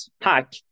hack